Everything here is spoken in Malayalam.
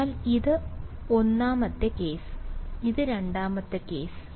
അതിനാൽ ഇത് 1 ാമത്തെ കേസ് ഇത് 2 ാമത്തെ കേസ്